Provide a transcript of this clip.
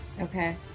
okay